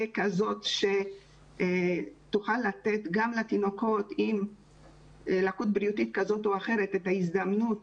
כזאת שתוכל לתת גם לתינוקות עם לקות בריאותית כזו או אחרת את ההזדמנות